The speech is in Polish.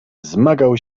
wzmagał